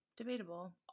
Debatable